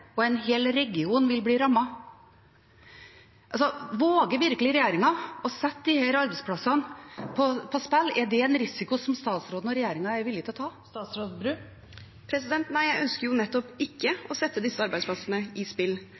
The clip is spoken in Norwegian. En hel region vil bli rammet. Våger virkelig regjeringen å sette disse arbeidsplassene på spill? Er det en risiko som statsråden og regjeringen er villige til å ta? Jeg ønsker nettopp ikke å sette disse arbeidsplassene på spill.